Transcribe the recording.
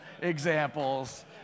examples